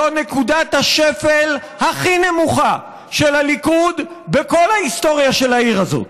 זו נקודת השפל הכי נמוכה של הליכוד בכל ההיסטוריה של העיר הזאת.